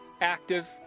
active